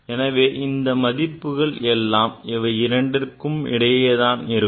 எனவே மற்ற மதிப்புகள் எல்லாம் இவை இரண்டிற்கும் இடையே தான் இருக்கும்